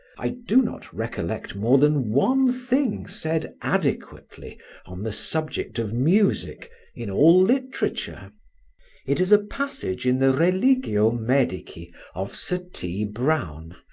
i do not recollect more than one thing said adequately on the subject of music in all literature it is a passage in the religio medici of sir t. brown,